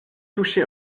touché